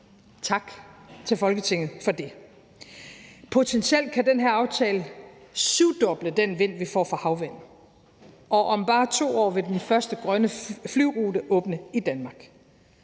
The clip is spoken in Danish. Tak til Folketinget for det. Potentielt kan den her aftale syvdoble den energi, vi får fra havvind, og om bare 2 år vil den første grønne flyrute åbne i Danmark.